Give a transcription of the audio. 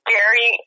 Gary